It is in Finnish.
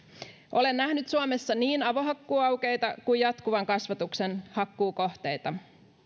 olen nähnyt suomessa niin avohakkuuaukeita kuin jatkuvan kasvatuksen hakkuukohteita